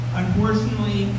unfortunately